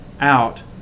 out